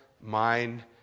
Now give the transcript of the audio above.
mind